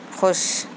خوش